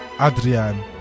Adrian